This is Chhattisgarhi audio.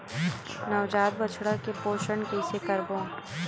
नवजात बछड़ा के पोषण कइसे करबो?